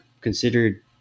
considered